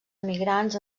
emigrants